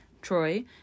Troy